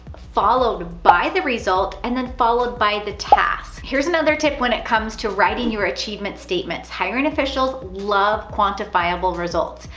followed by the result, and then followed by the task. here's another tip when it comes to writing your achievement statements, hiring officials love quantifiable results.